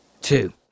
two